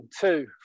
two